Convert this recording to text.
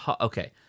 Okay